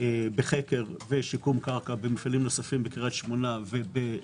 בחקר ושיקום קרקע במפעלים נוספים בקריית שמונה ובנצרת עילית.